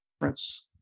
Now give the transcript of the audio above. difference